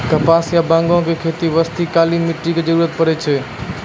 कपास या बांगो के खेती बास्तॅ काली मिट्टी के जरूरत पड़ै छै